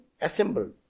assembled